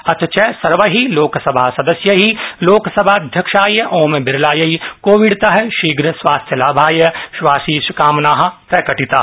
अदय च सर्वै लोकसभा सदस्यै लोकसभाध्यक्षाय ओमबिरलायै कोविडत शीघ्रं स्वास्थ्यलाभाय स्वाशिषकामना प्रकटिता